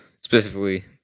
specifically